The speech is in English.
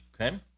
Okay